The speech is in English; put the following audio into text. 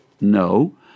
No